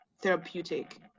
therapeutic